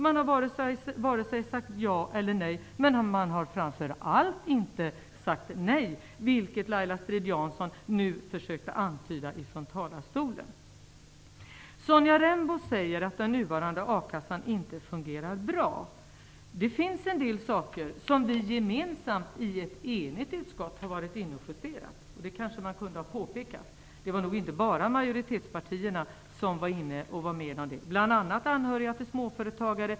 Partiet har inte vare sig sagt ja eller nej -- men framför allt inte sagt nej -- vilket Laila Strid-Jansson försökte antyda från talarstolen. Sonja Rembo säger att den nuvarande a-kassan inte fungerar bra. Det finns en del saker vi gemensamt i ett enigt utskott har justerat. Det kunde ha påpekats. Det var nog inte bara majoriteten som var med om detta. Bl.a. gäller det frågan om anhöriga till småföretagare.